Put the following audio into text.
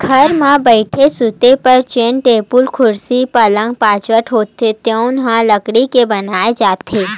घर म बइठे, सूते बर जेन टेबुल, कुरसी, पलंग, बाजवट होथे तेन ह लकड़ी के बनाए जाथे